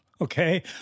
okay